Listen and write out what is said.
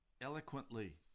eloquently